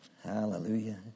Hallelujah